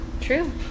True